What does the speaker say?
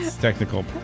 technical